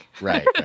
Right